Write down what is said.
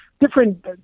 different